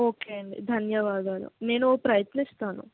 okay అండి ధన్యవాదాలు నేను ప్రయత్నిస్తాను